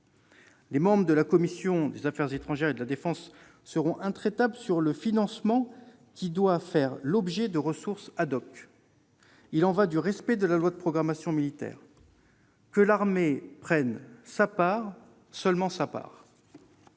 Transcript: Les membres de la commission des affaires étrangères seront intraitables sur le financement, qui doit faire l'objet de ressources. Il y va du respect de la loi de programmation militaire. Que l'armée prenne sa part, et seulement sa part.